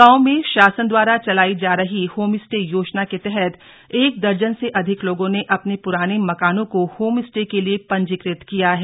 गांव में शासन द्वारा चलाई जा रही होमस्टे योजना के तहत एक दर्जन से अधिक लोगों ने अपने पुराने मकानों को होमस्टे के लिए पंजीकृत किया है